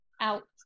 out